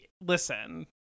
listen